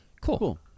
Cool